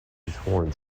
horns